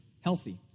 healthy